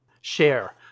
share